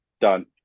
Done